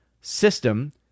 system